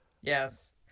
Yes